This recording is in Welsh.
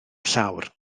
llawr